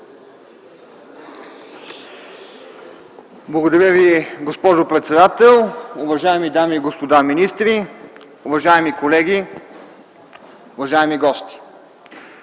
Благодаря Ви, госпожо председател. Уважаеми дами и господа министри, уважаеми колеги, уважаеми гости!